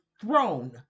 throne